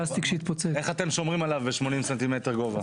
איך אתם שומרים עליו ב-80 סנטימטר גובה?